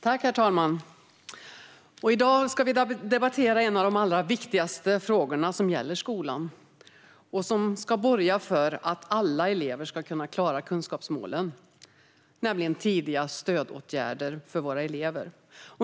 Herr talman! I dag debatterar vi en av de allra viktigaste frågorna som gäller skolan och som ska borga för att alla elever ska kunna klara kunskapsmålen, nämligen tidiga stödåtgärder för våra elever.